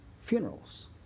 funerals